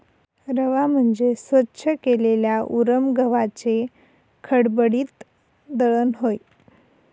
रवा म्हणजे स्वच्छ केलेल्या उरम गव्हाचे खडबडीत दळण होय